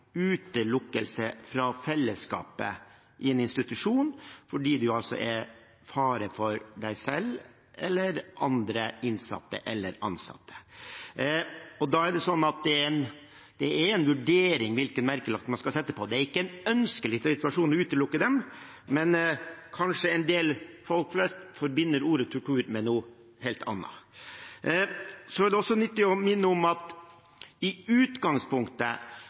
utelukkelse fra fellesskapet i en institusjon fordi man er en fare for seg selv eller andre innsatte eller ansatte. Da er det en vurdering hvilken merkelapp man skal sette på det. Det er ikke en ønskelig situasjon å utelukke dem. Men en del, folk flest, forbinder kanskje ordet «tortur» med noe helt annet. Det er også nyttig å minne om at i utgangspunktet